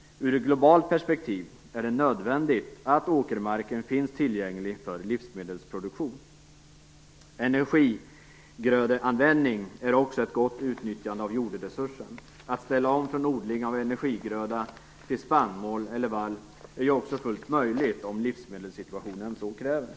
Från globalt perspektiv är det nödvändigt att åkermarken finns tillgänglig för livsmedelsproduktion. Energigrödeanvändning är också ett gott utnyttjande av jordresursen. Att ställa om från odling av energigröda till spannmål eller vall är ju också fullt möjligt om livsmedelssituationen så kräver.